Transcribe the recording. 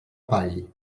bay